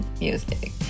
music